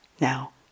now